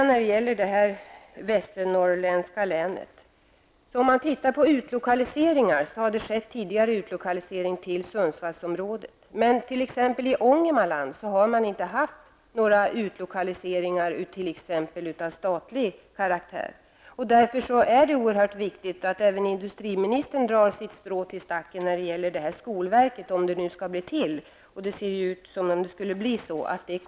När det gäller Västernorrlands län och utlokaliseringar har det skett sådana till Sundsvallsområdet. Däremot har det inte skett några utlokaliseringar av statlig karaktär till Ångermanland. Därför är det oerhört viktigt att även industriministern drar sitt strå till stacken i fråga om skolverket som nu skall inrättas, och som eventuellt skall komma Härnösand till del.